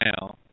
now